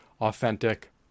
authentic